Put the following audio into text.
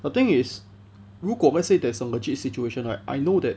the thing is 如果我们 said there is a legit situation right I know that